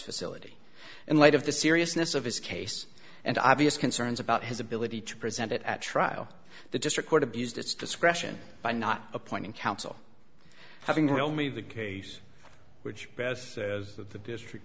facility in light of the seriousness of his case and obvious concerns about his ability to present it at trial the district court abused its discretion by not appointing counsel having well me the case which best says that the district